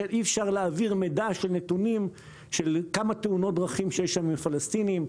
שאי אפשר להעביר נתונים כמה תאונות דרכים יש של פלסטינים.